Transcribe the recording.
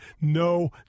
no